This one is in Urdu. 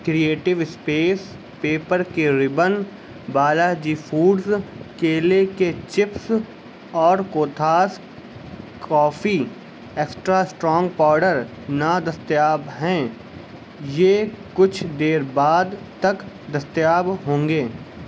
کریٹو اسپیس پیپر کے ربن بالاجی فوڈز کیلے کے چپس اور Kothas coffee extra strong powder نادستیاب ہیں یہ کچھ دیر بعد تک دستیاب ہوں گے